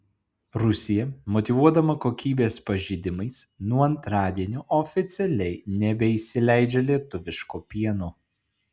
rusija motyvuodama kokybės pažeidimais nuo antradienio oficialiai nebeįsileidžia lietuviško pieno